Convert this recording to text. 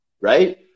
right